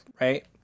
right